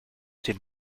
den